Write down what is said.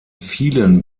vielen